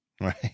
Right